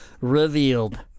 revealed